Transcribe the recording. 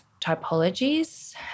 typologies